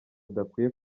udakwiye